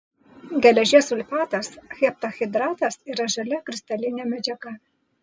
geležies sulfatas heptahidratas yra žalia kristalinė medžiaga